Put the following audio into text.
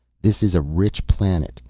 this is a rich planet.